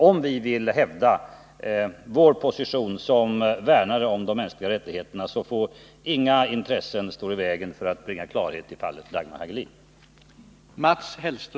Om vi vill hävda vår position som värnare av de mänskliga rättigheterna, så får inga intressen stå i vägen för att det skall bringas klarhet i fallet Dagmar Hagelin.